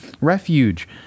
refuge